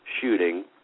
shooting